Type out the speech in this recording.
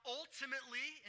ultimately